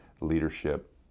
leadership